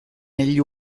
negli